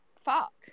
Fuck